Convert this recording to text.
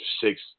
six